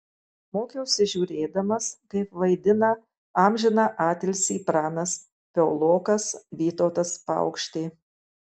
mokiausi žiūrėdamas kaip vaidina amžiną atilsį pranas piaulokas vytautas paukštė